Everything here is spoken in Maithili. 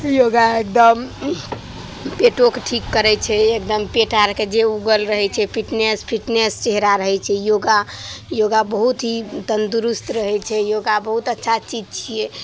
योगा एगदम पेटोके ठीक करै छै एगदम पेट आओरके जे उगल रहै छै फिटनेस फिटनेस चेहरा रहै छै योगा योगा बहुत ही तन्दुरुस्त रहै छै योगा बहुत अच्छा चीज छिए